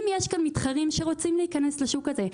אם יש כאן מתחרים שרוצים להיכנס לשוק הזה,